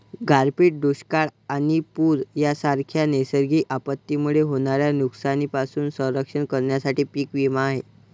गारपीट, दुष्काळ आणि पूर यांसारख्या नैसर्गिक आपत्तींमुळे होणाऱ्या नुकसानीपासून संरक्षण करण्यासाठी पीक विमा आहे